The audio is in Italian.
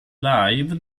live